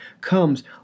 comes